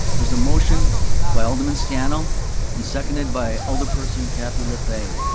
there's a motion by alderman scannell and seconded by alderperson cathy lefebvre.